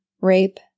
rape